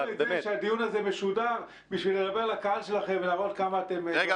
זה שהדיון הזה משודר כדי לדבר לקהל שלכם ולהראות כמה אתם --- רם,